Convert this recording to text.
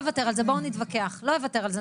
בואו נתווכח, לא אוותר על זה.